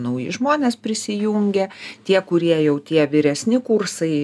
nauji žmonės prisijungia tie kurie jau tie vyresni kursai